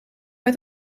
met